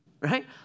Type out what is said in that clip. Right